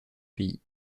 pays